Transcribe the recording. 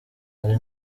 hari